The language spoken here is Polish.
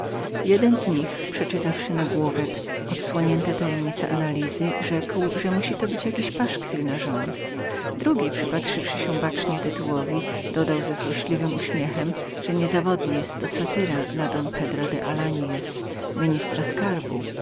jeden z nich przeczytawszy tytuł odsłonione tajemnice analizy rzekł że musiał to być jakiś paszkwil przeciw rządowi drugi przypatrzywszy się bacznie tytułowi dodał ze złośliwym uśmiechem że niezawodnie była to satyra na don pedra alanyez ministra skarbu